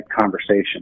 conversation